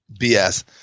BS